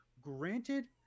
Granted